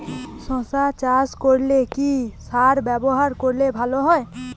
শশা চাষ করলে কি সার ব্যবহার করলে ভালো হয়?